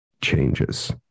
changes